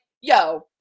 yo